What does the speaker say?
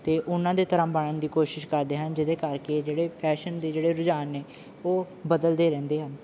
ਅਤੇ ਉਹਨਾਂ ਦੇ ਤਰ੍ਹਾਂ ਬਣਨ ਦੀ ਕੋਸ਼ਿਸ਼ ਕਰਦੇ ਹਨ ਜਿਹਦੇ ਕਰਕੇ ਜਿਹੜੇ ਫੈਸ਼ਨ ਦੇ ਜਿਹੜੇ ਰੁਝਾਨ ਨੇ ਉਹ ਬਦਲਦੇ ਰਹਿੰਦੇ ਹਨ